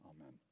Amen